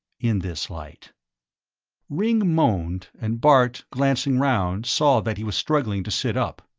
in this light ringg moaned, and bart, glancing round, saw that he was struggling to sit up.